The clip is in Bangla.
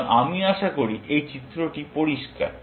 সুতরাং আমি আশা করি এই চিত্রটি পরিষ্কার